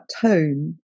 tone